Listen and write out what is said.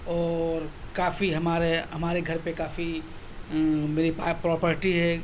اور کافی ہمارے ہمارے گھر پہ کافی میرے پاس پراپرٹی ہے